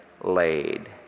laid